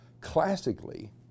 classically